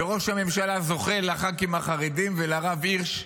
וראש הממשלה זוחל לח"כים החרדים, ולרב הירש,